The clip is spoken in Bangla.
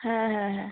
হ্যাঁ হ্যাঁ হ্যাঁ